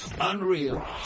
Unreal